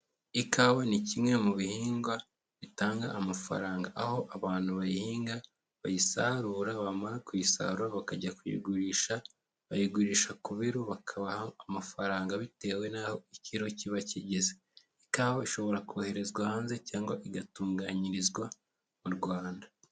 Ikawa ni kimwe mu bihingwa bitanga amafaranga, aho abantu bayihinga bayisarura, bamara kuyisara bakajya kuyigurisha, bayigurisha ku biro bakabaha amafaranga bitewe n'aho ikiro kiba kigeze, ikawa ishobora koherezwa hanze cyangwa igatunganyirizwa mu Rwanda.